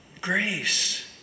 grace